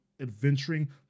adventuring